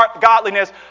godliness